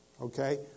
okay